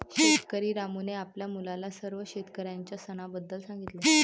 शेतकरी रामूने आपल्या मुलाला सर्व शेतकऱ्यांच्या सणाबद्दल सांगितले